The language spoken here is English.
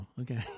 okay